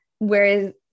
Whereas